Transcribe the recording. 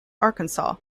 arkansas